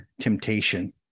temptation